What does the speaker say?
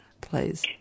please